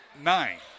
nine